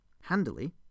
Handily